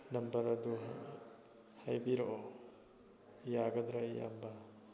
number ꯑꯗꯣ ꯍꯥꯏꯕꯤꯔꯛꯑꯣ ꯌꯥꯒꯗ꯭ꯔꯥ ꯏꯌꯥꯝꯕ